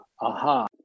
aha